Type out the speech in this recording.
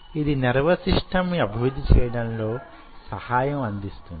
ఇది nervous system ని అభివృద్ధి చేయడంలో సహాయం అందిస్తుంది